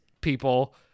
people